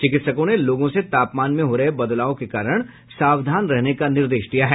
चिकित्सकों ने लोगों से तापमान में हो रहे बदलाव के कारण सावधान रहने का निर्देश दिया है